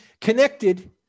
connected